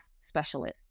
specialist